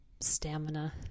stamina